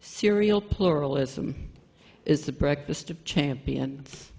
cereal pluralism is the breakfast of champions